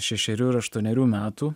šešerių ir aštuonerių metų